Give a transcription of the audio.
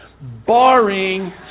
barring